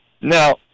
Now